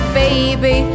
baby